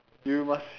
you must